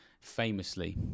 famously